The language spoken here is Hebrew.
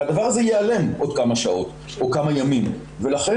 והדבר הזה ייעלם עוד כמה שעות או כמה ימים ולכן